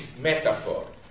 metaphor